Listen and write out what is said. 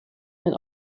and